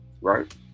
Right